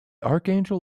archangel